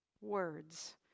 words